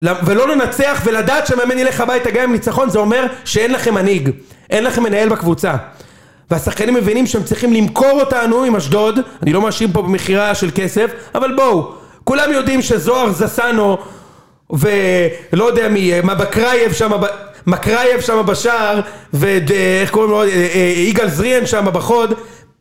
ולא לנצח ולדעת שמאמן ילך הביתה גם עם ניצחון זה אומר שאין לכם מנהיג אין לכם מנהל בקבוצה והשחקנים מבינים שהם צריכים למכור אותנו עם אשדוד אני לא מאשים פה במכירה של כסף אבל בואו כולם יודעים שזוהר זסנו ולא יודע מה בקרייב שם מקרייב שם בשער ואיך קוראים לו יגאל זריהן שם בחוד